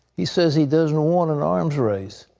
he says he doesn't want an arms race,